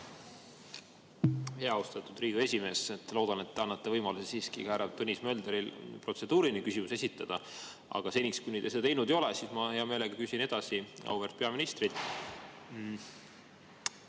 te … Austatud Riigikogu esimees! Ma loodan, et te annate võimaluse siiski ka härra Tõnis Möldril protseduuriline küsimus esitada, aga seniks, kuni te seda teinud ei ole, ma hea meelega küsin edasi auväärt peaministrilt.